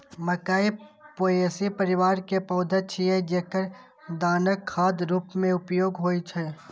मकइ पोएसी परिवार के पौधा छियै, जेकर दानाक खाद्य रूप मे उपयोग होइ छै